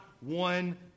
one